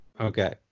Okay